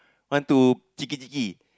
want to